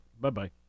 Bye-bye